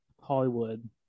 Hollywood